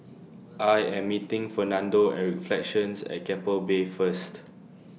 I Am meeting Fernando At flections At Keppel Bay First